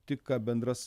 tik ką bendras